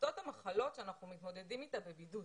מעטות המחלות שאנחנו מתמודדים איתה בבידוד